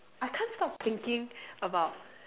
I can't stop thinking about